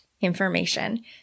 information